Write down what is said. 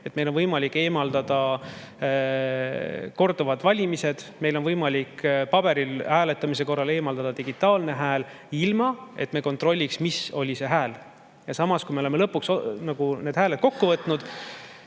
Meil on võimalik eemaldada korduvad valimised, meil on võimalik paberil hääletamise korral eemaldada digitaalne hääl, ilma et me kontrolliks, mis oli see hääl. Ja samas, kui me oleme lõpuks need hääled kokku võtnud,